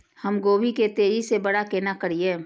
हम गोभी के तेजी से बड़ा केना करिए?